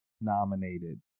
nominated